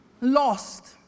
lost